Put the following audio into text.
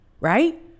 right